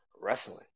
wrestling